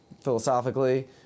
philosophically